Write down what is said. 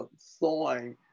thawing